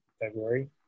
February